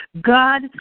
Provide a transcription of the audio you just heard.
God